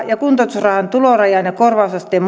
ja kuntoutusrahan tulorajan ja korvausasteen